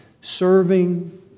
serving